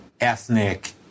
ethnic